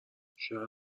شاید